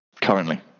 Currently